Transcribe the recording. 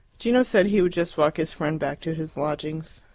gino said he would just walk his friend back to his lodgings.